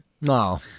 No